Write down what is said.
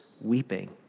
weeping